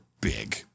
big